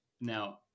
Now